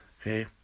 Okay